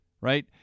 right